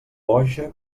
boja